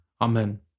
Amen